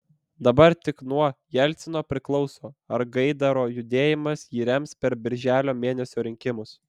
dabar tik nuo jelcino priklauso ar gaidaro judėjimas jį rems per birželio mėnesio rinkimus